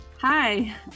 Hi